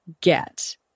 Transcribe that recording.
get